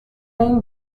این